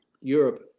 Europe